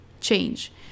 change